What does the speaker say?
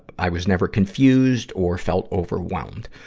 i was never confused or felt overwhelmed.